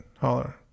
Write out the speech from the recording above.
Holler